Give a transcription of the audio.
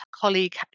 colleague